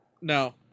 No